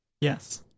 Yes